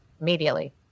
immediately